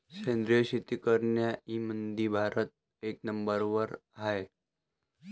सेंद्रिय शेती करनाऱ्याईमंधी भारत एक नंबरवर हाय